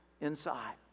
inside